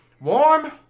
warm